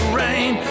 rain